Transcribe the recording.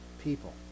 people